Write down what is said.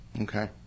Okay